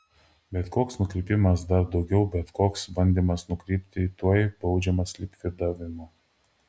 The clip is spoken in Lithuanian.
bet koks nukrypimas dar daugiau bet koks bandymas nukrypti tuoj baudžiamas likvidavimu